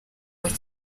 muri